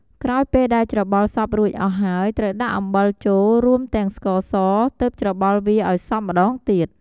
ក្រោយពេលដែលច្របល់សព្វរួចអស់ហើយត្រូវដាក់អំបិលចូល រួមទាំងស្ករស ទើបច្របល់វាឱ្យសព្វម្ដងទៀត។